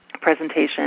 presentation